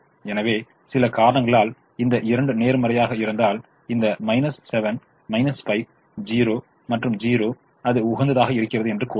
எனவே சில காரணங்களால் இந்த 2 நேர்மறையாக இருந்தால் இந்த 7 5 0 0 அது உகந்ததாக இருக்கிறது என்று கூறலாம்